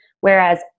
Whereas